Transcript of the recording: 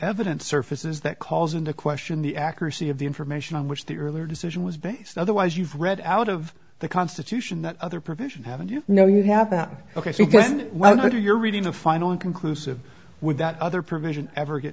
evidence surfaces that calls into question the accuracy of the information on which the earlier decision was based otherwise you've read out of the constitution that other provisions have and you know you have that ok well under your reading a final inconclusive would that other provision ever get